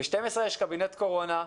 בשעה 12:00 מתכנס קבינט הקורונה.